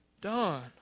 done